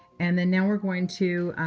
and then now we're going to